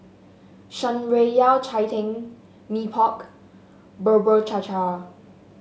Shan Rui Yao Cai Tang Mee Pok Bubur Cha Cha